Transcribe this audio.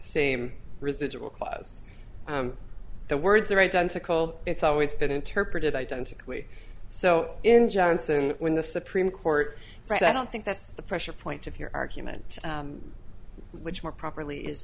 same residual cause the words are identical it's always been interpreted identically so in johnson when the supreme court said i don't think that's the pressure point of your argument which more properly i